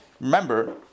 Remember